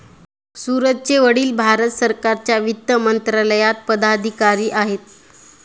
सूरजचे वडील भारत सरकारच्या वित्त मंत्रालयात पदाधिकारी आहेत